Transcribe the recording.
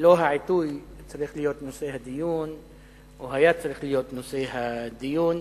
לא העיתוי צריך להיות נושא הדיון או היה צריך להיות נושא הדיון,